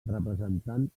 representant